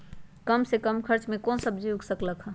कम खर्च मे कौन सब्जी उग सकल ह?